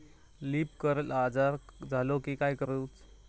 Leaf curl आजार झालो की काय करूच?